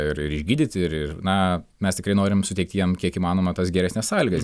ir išgydyti ir ir na mes tikrai norim suteikti jiem kiek įmanoma tas geresnes sąlygas